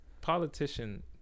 politician